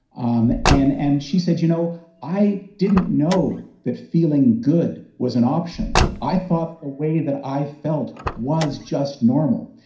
um and and she said, you know i didn't know that feeling good was an option. i thought the way that i felt was just normal.